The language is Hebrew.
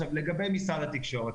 לגבי משרד התקשורת.